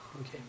Okay